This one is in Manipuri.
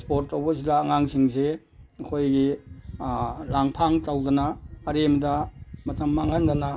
ꯁ꯭ꯄꯣꯔꯠ ꯇꯧꯕꯁꯤꯗ ꯑꯉꯥꯡꯁꯤꯡꯁꯦ ꯑꯩꯈꯣꯏꯒꯤ ꯂꯥꯡ ꯐꯥꯡ ꯇꯧꯗꯅ ꯑꯔꯦꯝꯕꯗ ꯃꯇꯝ ꯃꯥꯡꯍꯟꯗꯅ